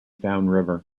downriver